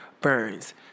Burns